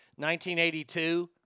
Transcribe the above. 1982